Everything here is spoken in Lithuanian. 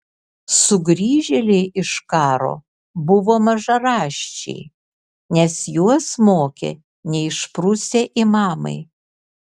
sugrįžėliai iš karo buvo mažaraščiai nes juos mokė neišprusę imamai